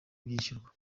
byishyurwa